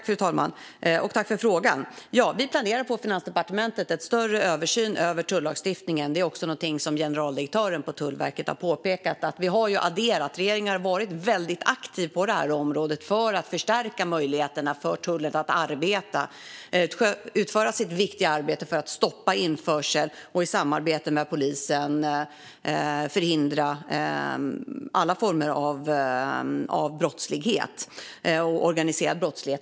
Fru talman! Jag tackar för frågan. På Finansdepartementet planerar vi en större översyn av tullagstiftningen. Generaldirektören på Tullverket har pekat på behovet av det. Regeringen har varit väldigt aktiv på området för att förstärka möjligheterna för tullen att utföra sitt viktiga arbete med att stoppa införsel och att i samarbete med polisen förhindra alla former av organiserad brottslighet.